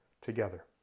together